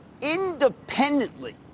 independently